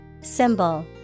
Symbol